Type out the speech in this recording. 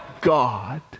God